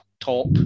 top